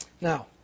Now